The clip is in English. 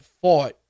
fought